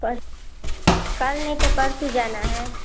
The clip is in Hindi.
पर कल नहीं तो परसों जाना है